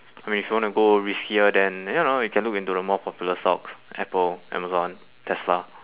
I mean if you wanna go riskier then you know you can look into the more popular stocks apple amazon tesla